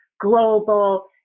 global